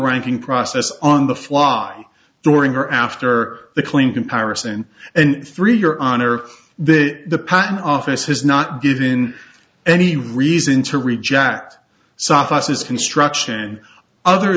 ranking process on the fly during or after the clean comparison and three your honor the the patent office has not given any reason to reject sauces construction other